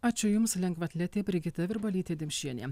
ačiū jums lengvaatletė brigita virbalytė dimšienė